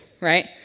right